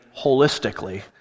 holistically